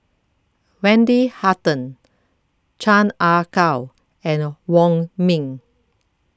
Wendy Hutton Chan Ah Kow and Wong Ming